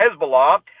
Hezbollah